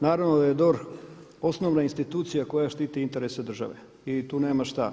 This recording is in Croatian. Naravno da je DORH osnovna institucija koja štiti interese države i tu nema šta.